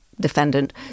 Defendant